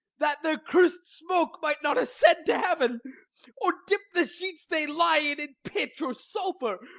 that their curs'd smoke might not ascend to heaven or dip the sheets they lie in in pitch or sulphur,